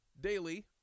daily